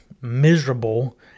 miserable